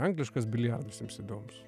angliškas biliardas jums įdomus